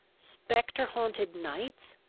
spectre-haunted nights